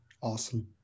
Awesome